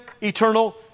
eternal